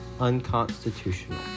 unconstitutional